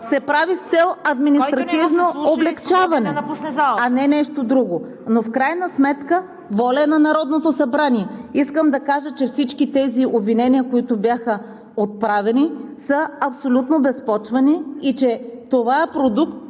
МИНИСТЪР ДЕСИСЛАВА ТАНЕВА: …облекчаване, а нещо друго, но в крайна сметка – воля е на Народното събрание. Искам да кажа, че всички тези обвинения, които бяха отправени, са абсолютно безпочвени и че това е продукт,